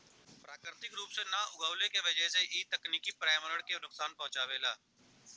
प्राकृतिक रूप से ना उगवले के वजह से इ तकनीकी पर्यावरण के नुकसान पहुँचावेला